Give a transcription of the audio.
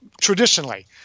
Traditionally